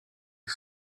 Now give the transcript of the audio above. you